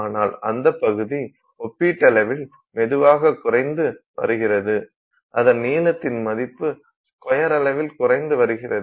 ஆனால் அந்த பகுதி ஒப்பீட்டளவில் மெதுவாக குறைந்து வருகிறது அதன் நீளத்தின் மதிப்பு ஸ்கொயர் அளவில் குறைத்து வருகிறது